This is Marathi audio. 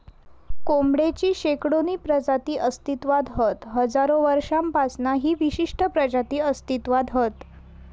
कोंबडेची शेकडोनी प्रजाती अस्तित्त्वात हत हजारो वर्षांपासना ही विशिष्ट प्रजाती अस्तित्त्वात हत